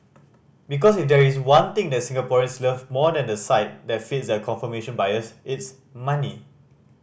because if there is one thing that Singaporeans love more than a site that feeds their confirmation bias it's money